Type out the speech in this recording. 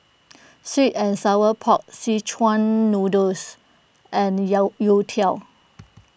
Sweet and Sour Pork Szechuan Noodles and Youtiao